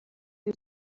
who